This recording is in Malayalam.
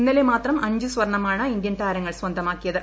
ഇന്നലെ മാത്രം അഞ്ച് സ്വർണ്ണമാണ് ഇന്ത്യൻ താരങ്ങൾ സ്വന്തമാക്കിയത്